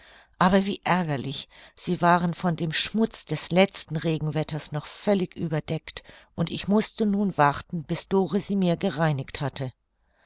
aber wie ärgerlich sie waren von dem schmutz des letzten regenwetters noch völlig überdeckt und ich mußte nun warten bis dore sie mir gereinigt hatte